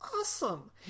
awesome